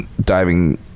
diving